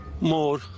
more